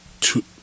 Two